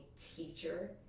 teacher